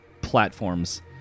platforms